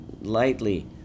lightly